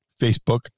Facebook